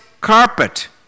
carpet